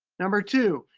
number two,